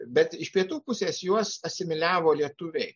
bet iš pietų pusės juos asimiliavo lietuviai